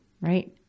right